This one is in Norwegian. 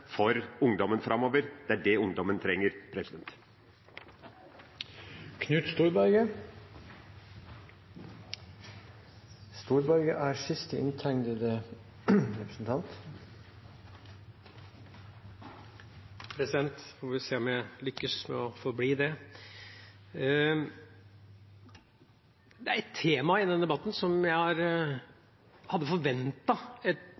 for ungdommen framover. Det er det ungdommen trenger. Det er et tema i denne debatten som jeg